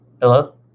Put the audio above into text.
Hello